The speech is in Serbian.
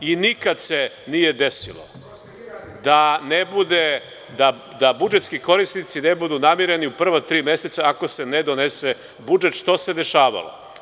Nikada se nije desilo da budžetski korisnici ne budu namireni u prva tri meseca ako se ne donese budžet, što se dešavalo.